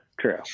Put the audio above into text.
True